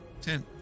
Ten